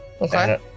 Okay